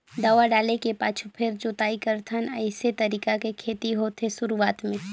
दवा डाले के पाछू फेर जोताई करथन अइसे तरीका के खेती होथे शुरूआत में